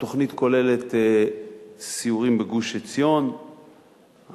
התוכנית כוללת סיורים בגוש-עציון,